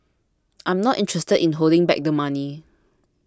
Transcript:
I'm not interested in holding back the money